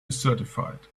certified